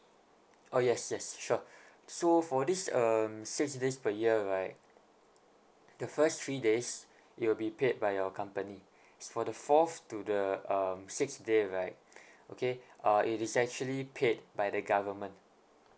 oh yes yes sure so for this um six days per year right the first three days it will be paid by your company as for the fourth to the um sixth day right okay uh it is actually paid by the government